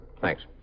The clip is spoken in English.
Thanks